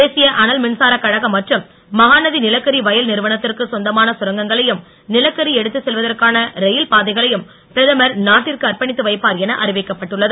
தேசிய அனல்மின்சார கழகம் மற்றும் மகாநதி நிலக்கரி வயல் நிறுவனத்திற்கு சொந்தமான சுரங்கங்களையும் நிலக்கரி எடுத்துச் செல்வதற்கான ரயில் பாதைகளையும் பிரதமர் நாட்டிற்கு அர்ப்பணித்து வைப்பார் என அறிவிக்கப்பட்டுள்ளது